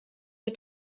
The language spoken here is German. der